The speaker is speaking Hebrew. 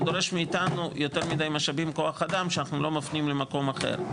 זה דורש מאיתנו יותר מידי משאבים וכוח אדם שאנחנו לא מפנים למקום אחר.